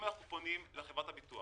אם אנחנו פונים לחברת הביטוח